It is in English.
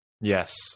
Yes